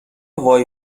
وای